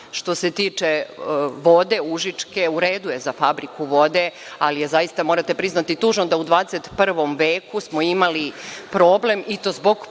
za. Što se tiče užičke vode u redu je za fabriku vode, ali je zaista, morate priznati da u 21. veku smo imali problem i to zbog propusta